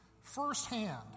firsthand